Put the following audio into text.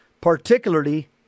Particularly